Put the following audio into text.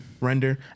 render